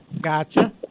gotcha